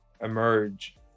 emerge